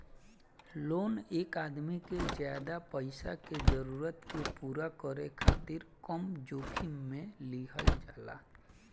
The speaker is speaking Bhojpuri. लोन एक आदमी के ज्यादा पईसा के जरूरत के पूरा करे खातिर कम जोखिम में लिहल जाला